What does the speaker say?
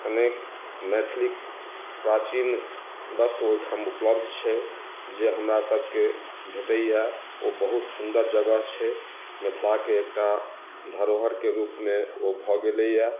अनेक मैथिलीक प्राचीन वस्त्र ओहिठाम उपलब्ध छै जे हमरा सभके भेटैया ओ बहुत सुन्दर जगह छै मिथिलाके एकटा धरोहरके रूपमे ओ भऽ गेलैया